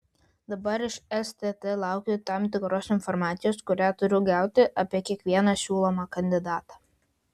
dabar iš stt laukiu tam tikros informacijos kurią turiu gauti apie kiekvieną siūlomą kandidatą